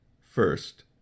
first